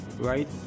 right